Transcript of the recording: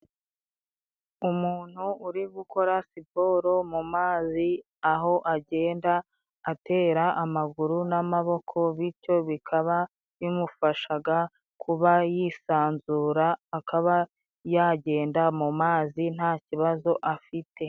Umuntu uri gukora siporo mu mazi aho agenda atera amaguru n'amaboko bityo bikaba bimufashaga kuba yisanzura akaba yagenda mu mu mazi nta kibazo afite.